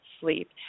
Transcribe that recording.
sleep